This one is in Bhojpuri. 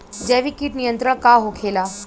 जैविक कीट नियंत्रण का होखेला?